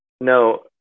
no